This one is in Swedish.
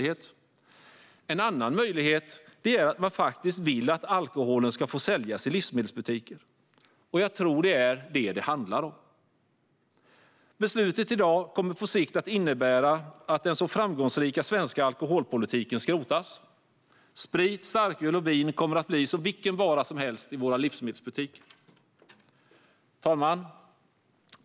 En annan möjlighet är att man faktiskt vill att alkoholen ska få säljas i livsmedelsbutiker. Jag tror att det är det senare det handlar om. Beslutet i dag kommer på sikt att innebära att den så framgångsrika svenska alkoholpolitiken skrotas. Sprit, starköl och vin kommer att bli som vilken vara som helst i våra livsmedelsbutiker. Fru talman!